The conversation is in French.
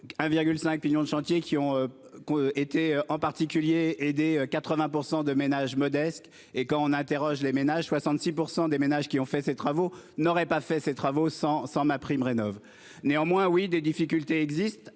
1,5 millions de chantiers qui ont qui ont été en particulier et des 80% de ménages modestes et quand on interroge les ménages. 66% des ménages qui ont fait ces travaux n'aurait pas fait ses travaux sans sans MaPrimeRénov néanmoins oui des difficultés existent